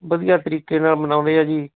ਵਧੀਆ ਤਰੀਕੇ ਨਾਲ਼ ਮਨਾਉਂਦੇ ਆ ਜੀ